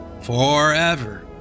forever